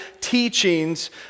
teachings